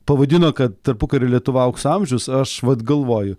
pavadino kad tarpukario lietuva aukso amžius aš vat galvoju